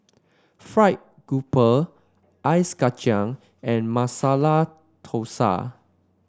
fried grouper Ice Kachang and Masala Thosai